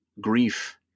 grief